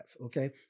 Okay